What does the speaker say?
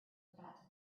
fatima